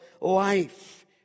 life